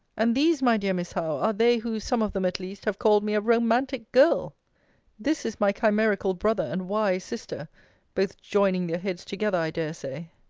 and these, my dear miss howe, are they who, some of them at least, have called me a romantic girl this is my chimerical brother, and wise sister both joining their heads together, i dare say.